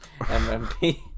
mmp